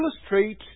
illustrate